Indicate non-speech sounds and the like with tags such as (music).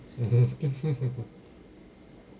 (laughs)